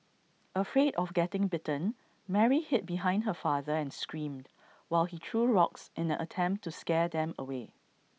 afraid of getting bitten Mary hid behind her father and screamed while he threw rocks in an attempt to scare them away